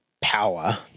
power